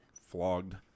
flogged